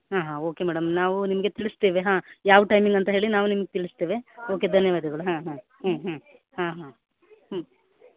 ಹಾಂ ಹಾಂ okay madam ನಾವು ನಿಮಗೆ ತಿಳಿಸ್ತೇವೆ ಹಾಂ ಯಾವ ಟೈಮಿಂಗ್ ಅಂತ ಹೇಳಿ ನಾವು ನಿಮ್ಗೆ ತಿಳಿಸ್ತೇವೆ ಓಕೆ ಧನ್ಯವಾದಗಳು ಹಾಂ ಹಾಂ ಹ್ಞೂ ಹ್ಞೂ ಹಾಂ ಹಾಂ ಹ್ಞೂ